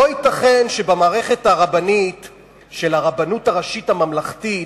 יושב-ראש הכנסת הזאת,